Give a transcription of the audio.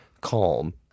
calm